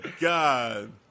God